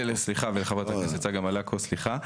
ולחברת הכנסת צגה מלקו, סליחה.